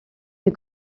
une